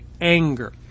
anger